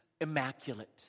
immaculate